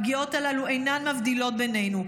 הפגיעות הללו אינן מבדילות בינינו,